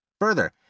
Further